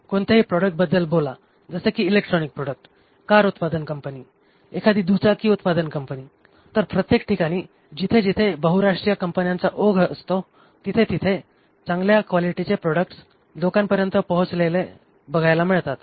कोणत्याही प्रॉडक्ट बद्दल बोला जसे कि इलेक्ट्रॉनिक प्रॉडक्ट कार उत्पादन कंपनी एखादी दुचाकी उत्पादन कंपनी तर प्रत्येक ठिकाणी जिथेजिथे बहुराष्ट्रीय कंपन्यांचा ओघ असतो तिथेतिथे चांगल्या क्वालिटीचे प्रॉडक्ट्स लोकांपर्यंत पोहोचलेले बघायला मिळतात